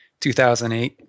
2008